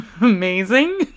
amazing